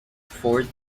ford